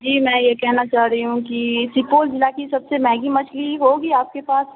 جی میں یہ کہنا چاہ رہی ہوں کہ سپول ضلع کی سب سے مہنگی مچھلی ہوگی آپ کے پاس